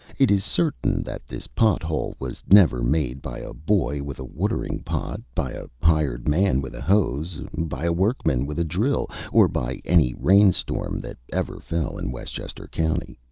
it is certain that this pot-hole was never made by a boy with a watering-pot, by a hired man with a hose, by a workman with a drill, or by any rain-storm that ever fell in westchester county.